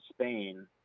Spain